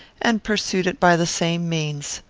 and pursued it by the same means.